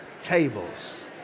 tables